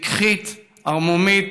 פיקחית, ערמומית,